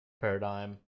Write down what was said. paradigm